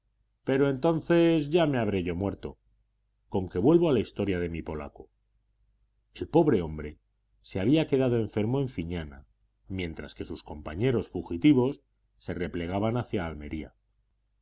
pero entonces ya me habré yo muerto con que vuelvo a la historia de mi polaco el pobre hombre se había quedado enfermo en fiñana mientras que sus compañeros fugitivos se replegaban hacia almería